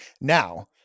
Now